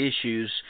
issues